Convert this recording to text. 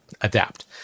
adapt